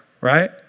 right